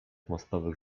mostowych